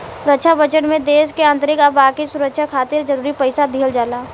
रक्षा budget में देश के आंतरिक आ बाकी सुरक्षा खातिर जरूरी पइसा दिहल जाला